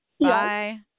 bye